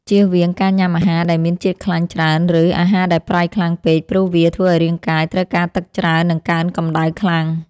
ជៀសវាងការញ៉ាំអាហារដែលមានជាតិខ្លាញ់ច្រើនឬអាហារដែលប្រៃខ្លាំងពេកព្រោះវាធ្វើឱ្យរាងកាយត្រូវការទឹកច្រើននិងកើនកម្តៅខ្លាំង។